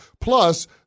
Plus